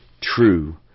true